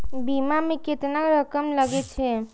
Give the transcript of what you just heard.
बीमा में केतना रकम लगे छै?